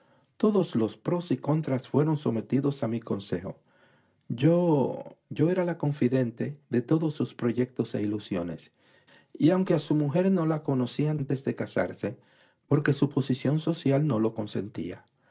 todos los pros y contras fueron sometidos a mi consejo yo era la confidente de todos sus proyectos e ilusiones y aunque a su mujer no la conocí antes de casarse porque su posición social no lo consentía